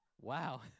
Wow